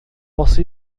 você